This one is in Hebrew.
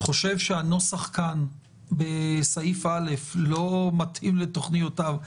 חושב שהנוסח כאן בסעיף א' לא מתאים לתוכניותיו,